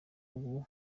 ubu